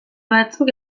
batzuk